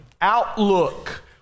Outlook